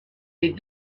les